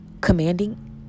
commanding